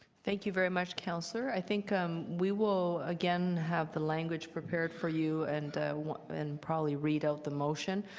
thank you very much, councillor. i think um we will again have the language prepared for you and and probably read ah the motion.